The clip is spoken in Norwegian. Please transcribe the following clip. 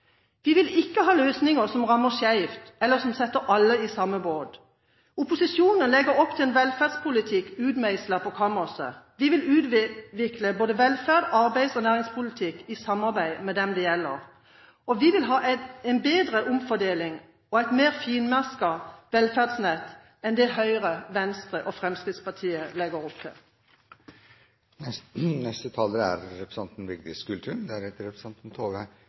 Vi vil ikke ha løsninger som rammer skjevt eller som setter alle i samme båt. Opposisjonen legger opp til en velferdspolitikk utmeislet på kammerset. Vi vil utvikle både velferds-, arbeids- og næringspolitikk i samarbeid med dem det gjelder. Vi vil ha en bedre omfordeling og et mer finmasket velferdsnett enn det Høyre, Venstre og Fremskrittspartiet legger opp til.